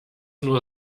nur